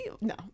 no